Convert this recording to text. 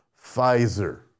Pfizer